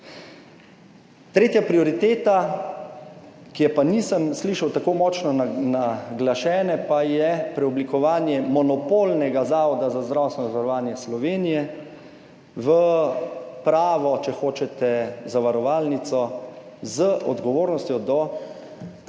Tretja prioriteta, ki je pa nisem slišal tako močno naglašene, pa je preoblikovanje monopolnega Zavoda za zdravstveno zavarovanje Slovenije v pravo, če hočete zavarovalnico z odgovornostjo do